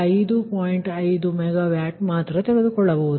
5 MW ಮಾತ್ರ ತೆಗೆದುಕೊಳ್ಳಬಹುದು